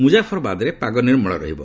ମୁକ୍ତାଫରବାଦରେ ପାଗ ନିର୍ମଳ ରହିବ